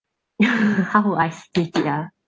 ya how would I split it ya